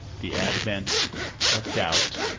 the advent of doubt